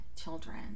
children